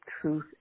truth